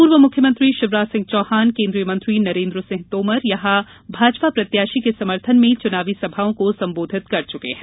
पूर्व मुख्यमंत्री शिवराज सिंह चौहान कोन्द्रीय मंत्री नरेन्द्र सिंह तोमर यहां भाजपा प्रत्याशी को समर्थन में चुनावी सभाओं को संबोधित कर चुके हैं